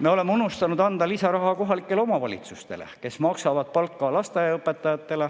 Me oleme unustanud anda lisaraha kohalikele omavalitsustele, kes maksavad palka lasteaiaõpetajatele,